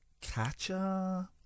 catcher